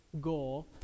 goal